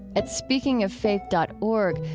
at speakingoffaith dot org,